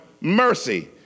mercy